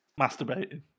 masturbating